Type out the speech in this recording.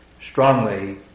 strongly